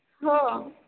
हो